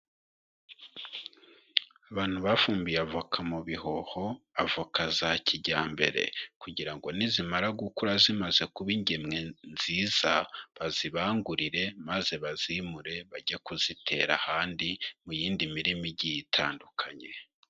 Abantu bafumbiye avoka mu bihoho, avoka za kijyambere kugira ngo nizimamara gukura zimaze kuba ingemwe nziza, bazibangurire maze bazimure bajya kuzitera ahandi mu yindi mirima igiye itandukanye.